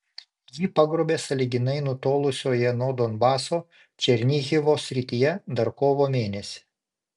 jį pagrobė sąlyginai nutolusioje nuo donbaso černihivo srityje dar kovo mėnesį